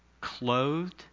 clothed